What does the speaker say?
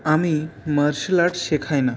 আমি martial art শেখাই না